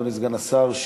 אדוני סגן השר,